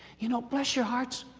you know, bless your hearts.